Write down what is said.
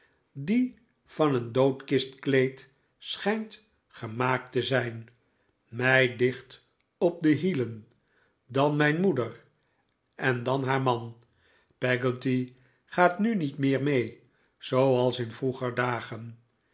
die van een doodkistkleed schijnt gemaakt te zijn mij dicht op de hielen dan mijn moeder en dan haar man peggotty gaat mi niet meer mee zooals in yroeger dagen